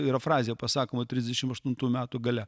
yra frazė pasakoma trisdešimt aštuntų metų gale